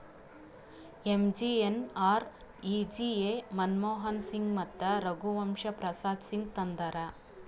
MGNREGA Manmohan Singh ಮತ್ತ ರಘುವಂಶ ಪ್ರಸಾದ್ ಸಿಂಗ್ ತಂದಾರ್